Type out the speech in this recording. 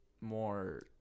more